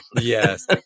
Yes